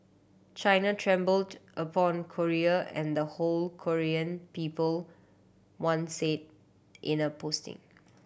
China trampled upon Korea and the whole Korean people one said in a posting